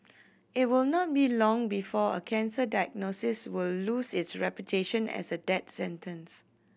it will not be long before a cancer diagnosis will lose its reputation as a death sentence